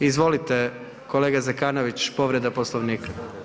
Izvolite kolega Zekanović, povreda Poslovnika.